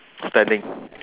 spelling